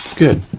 good.